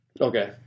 okay